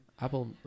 Apple